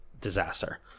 disaster